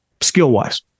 skill-wise